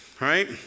right